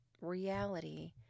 reality